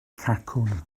cacwn